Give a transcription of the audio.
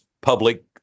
public